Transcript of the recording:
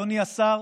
אדוני השר,